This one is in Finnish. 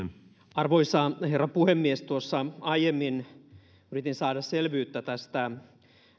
arvoisa herra puhemies tuossa aiemmin yritin saada selvyyttä tästä